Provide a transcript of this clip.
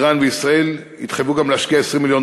איראן וישראל התחייבו גם להשקיע 20 מיליון